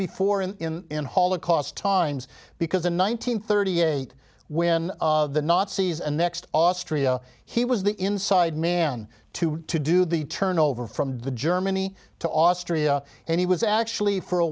before in in holocaust times because in one nine hundred thirty eight when of the nazis and next austria he was the inside man to to do the turn over from the germany to austria and he was actually for a